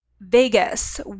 Vegas